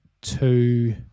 two